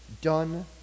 done